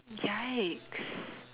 yikes